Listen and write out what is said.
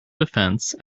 defence